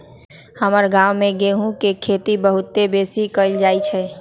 हमर गांव में गेहूम के खेती बहुते बेशी कएल जाइ छइ